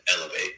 elevate